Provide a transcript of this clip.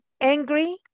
angry